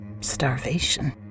starvation